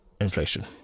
inflation